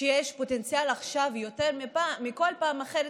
שיש פוטנציאל עכשיו יותר מכל פעם אחרת,